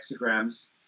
hexagrams